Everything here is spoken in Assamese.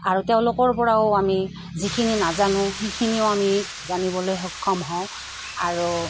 আৰু তেওঁলোকৰপৰাও আমি যিখিনি নাজানো সেইখিনিও আমি জানিবলৈ সক্ষম হওঁ আৰু